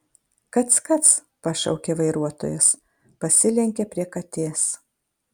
kac kac pašaukė vairuotojas pasilenkė prie katės